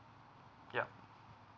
yup